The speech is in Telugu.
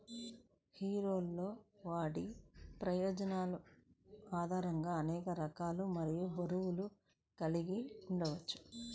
హీరోలు వాటి ప్రయోజనం ఆధారంగా అనేక రకాలు మరియు బరువులు కలిగి ఉండవచ్చు